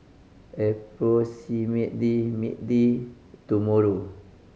approximately tomorrow